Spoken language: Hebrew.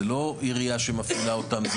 זה לא עירייה שמפעילה אותם,